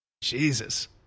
Jesus